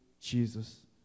Jesus